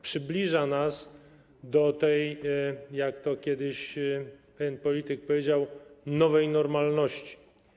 Przybliża nas do tej, jak to kiedyś pewien polityk powiedział, nowej normalności.